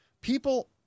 people